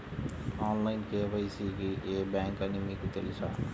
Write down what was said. Online KYC కి ఏ bank అని మీకు తెలుసా?